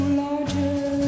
larger